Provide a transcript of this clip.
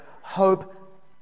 hope